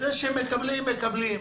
זה שהם מקבלים מקבלים.